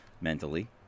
mentally